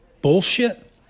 bullshit